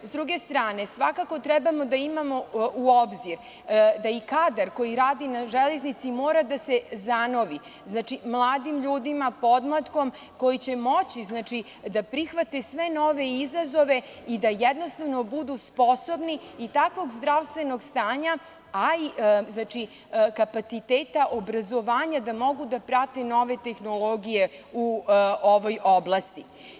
S druge strane, svakako treba da uzmemo u obzir da i kadar koji radi na železnici mora da se zanovi mladim ljudima, podmlatkom, koji će moći da prihvate sve nove izazove i da jednostavno budu sposobni i takvog zdravstvenog stanja, a i kapaciteta obrazovanja, da mogu da prate nove tehnologije u ovoj oblasti.